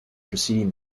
preceding